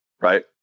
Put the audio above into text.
right